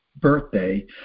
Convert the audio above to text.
birthday